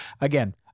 again